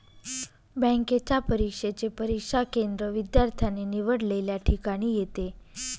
बँकेच्या परीक्षेचे परीक्षा केंद्र विद्यार्थ्याने निवडलेल्या ठिकाणी येते